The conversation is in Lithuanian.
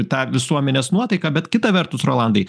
tą visuomenės nuotaiką bet kita vertus rolandai